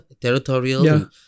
Territorial